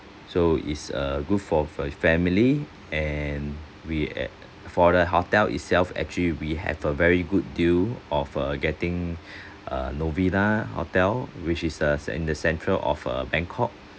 so it's uh good for f~ family and we at for the hotel itself actually we have a very good deal of uh getting uh novena hotel which is the in the central of uh bangkok